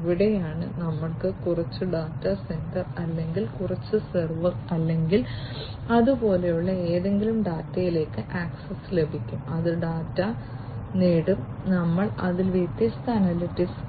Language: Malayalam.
ഇവിടെയാണ് ഞങ്ങൾക്ക് കുറച്ച് ഡാറ്റാ സെന്റർ അല്ലെങ്കിൽ കുറച്ച് സെർവർ അല്ലെങ്കിൽ അത് പോലെയുള്ള എന്തെങ്കിലും ഡാറ്റയിലേക്ക് ആക്സസ് ലഭിക്കും അത് ഡാറ്റ നേടും ഞങ്ങൾ അതിൽ വ്യത്യസ്ത അനലിറ്റിക്സ്